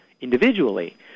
individually